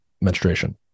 menstruation